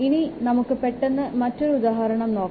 ഇനി നമുക്ക് പെട്ടെന്ന് മറ്റൊരുദാഹരണം നോക്കാം